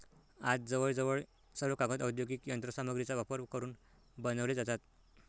आज जवळजवळ सर्व कागद औद्योगिक यंत्र सामग्रीचा वापर करून बनवले जातात